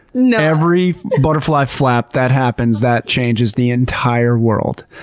and every butterfly flap that happens, that changes the entire world.